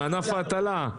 הוא מענף ההטלה,